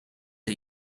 are